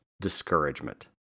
discouragement